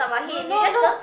no no no